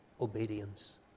obedience